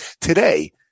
Today